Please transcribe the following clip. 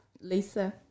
Lisa